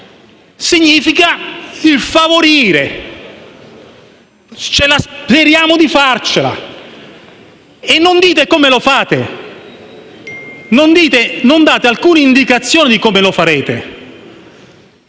significa favorire, ovvero «speriamo di farcela». E non dite come lo fate, non date alcuna indicazione su come lo farete.